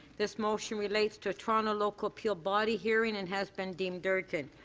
this motion relates to toronto local appeal body hearing and has been deemed urgent.